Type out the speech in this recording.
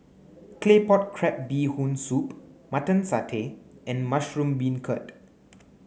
claypot crab bee hoon soup mutton satay and mushroom beancurd